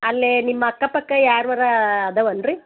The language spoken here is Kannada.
ಅಲ್ಲೇ ನಿಮ್ಮ ಅಕ್ಕ ಪಕ್ಕ ಯಾರವರ ಇದಾವೇನ್ರಿ